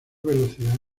velocidad